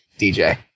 DJ